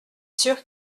sûr